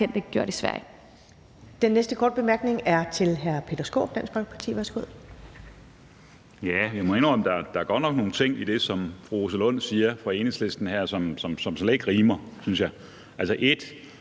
bekendt ikke gjort i Sverige.